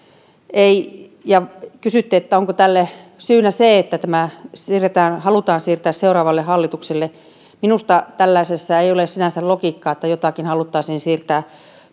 ja kysyitte onko tähän syynä se että tämä halutaan siirtää seuraavalle hallitukselle minusta tällaisessa ei ole sinänsä logiikkaa että jotakin haluttaisiin siirtää